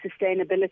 sustainability